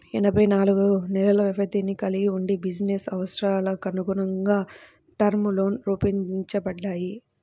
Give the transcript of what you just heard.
ఎనభై నాలుగు నెలల వ్యవధిని కలిగి వుండి బిజినెస్ అవసరాలకనుగుణంగా టర్మ్ లోన్లు రూపొందించబడ్డాయి